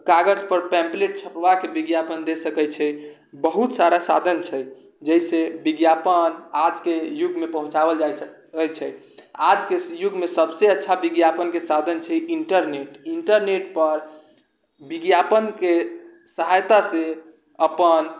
कागजपर pamphlet छपबाके विज्ञापन दे सकै छै बहुत सारा साधन छै जैसे विज्ञापन आजके युगमे पहुँचाबल जाइ छै आजके युगमे सबसँ अच्छा विज्ञापनके साधन छै इंटरनेट इंटरनेटपर विज्ञापनके सहायतासँ अपन